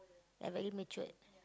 ya very matured